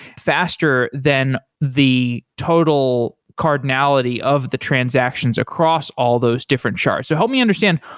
faster than the total cardinality of the transactions across all those different shards. so help me understand,